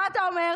מה אתה אומר?